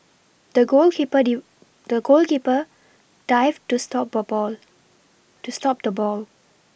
the goalkeeper deep the goalkeeper dived to stop ball ball to stop the ball